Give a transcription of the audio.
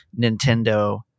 Nintendo